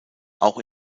auch